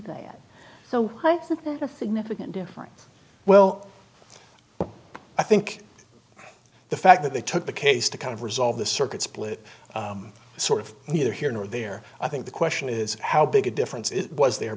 think that's a significant difference well i think the fact that they took the case to kind of resolve the circuit split sort of either here nor there i think the question is how big a difference it was there